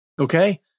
Okay